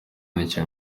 yandikiye